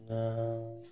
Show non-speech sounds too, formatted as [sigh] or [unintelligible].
[unintelligible]